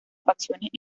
facciones